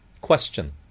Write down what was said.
Question